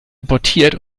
importiert